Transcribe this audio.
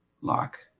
lock